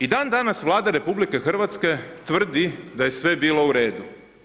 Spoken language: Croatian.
I dandanas Vlada RH tvrdi da je sve bilo u redu.